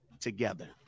together